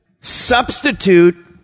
Substitute